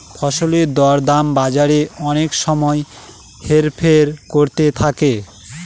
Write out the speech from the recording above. ফসলের দর দাম বাজারে অনেক সময় হেরফের করতে থাকে